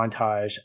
montage